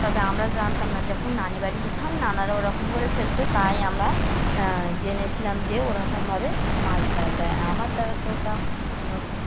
তবে আমরা জানতাম না যখন নানি বাড়ি যেতাম নানার ওরকম করে ফেলতো তাই আমরা জেনেছিলাম যে ওরকমভাবে মাছ ধরা যায় আমার দ্বারা তো ওটা নতুন